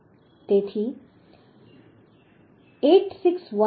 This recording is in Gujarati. તેથી 861